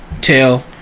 tell